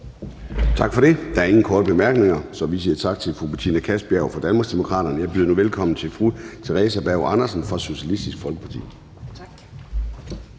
Tak for det. Der er ikke flere korte bemærkninger, og vi siger tak til fru Marlene Harpsøe fra Danmarksdemokraterne. Jeg byder nu velkommen til fru Theresa Berg Andersen fra Socialistisk Folkeparti.